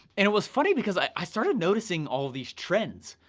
and it was funny, because i started noticing all of these trends.